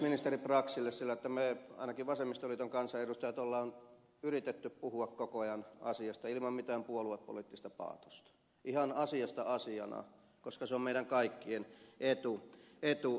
ministeri braxille että ainakin me vasemmistoliiton kansanedustajat olemme yrittäneet puhua koko ajan asiasta ilman mitään puoluepoliittista paatosta ihan asiasta asiana koska se on meidän kaikkien etu